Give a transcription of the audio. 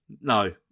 No